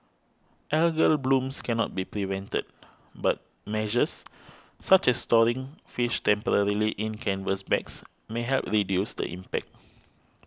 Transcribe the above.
algal blooms cannot be prevented but measures such as storing fish temporarily in canvas bags may help reduce the impact